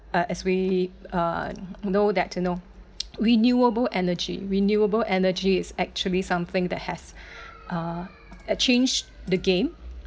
uh as we uh know that you know renewable energy renewable energy is actually something that has uh changed the game